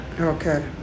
okay